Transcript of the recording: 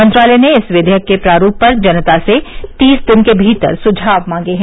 मंत्रालय ने इस विधेयक के प्रारूप पर जनता से तीस दिन के भीतर सुझाव मांगे हैं